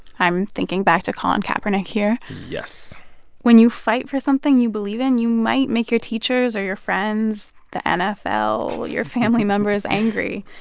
i'm thinking back to colin kaepernick here yes when you fight for something you believe in, you might make your teachers or your friends, the nfl, your family members angry.